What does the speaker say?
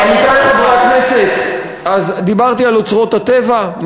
אז, רבותי חברי הכנסת, דיברתי על אוצרות הטבע.